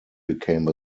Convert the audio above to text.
became